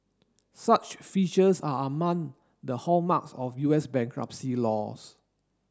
such features are among the hallmarks of U S bankruptcy laws